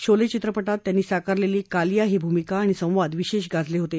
शोले चित्रपटात त्यांनी साकारलेली कालिया ही भूमिका आणि संवाद विशेष गाजले होते